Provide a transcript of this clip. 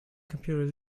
computer